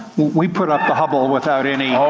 we put up the hubble without any